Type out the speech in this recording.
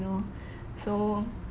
you know so